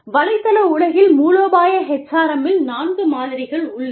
வலைத்தள உலகில் மூலோபாய HRM மில் நான்கு மாதிரிகள் உள்ளன